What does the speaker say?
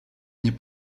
nie